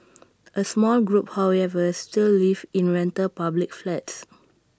A small group however still live in rental public flats